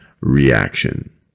reaction